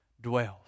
dwells